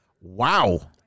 Wow